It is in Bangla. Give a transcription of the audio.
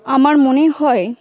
আমার মনে হয়